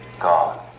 God